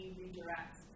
redirect